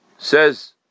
says